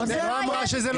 אמרה שזה לא נכון.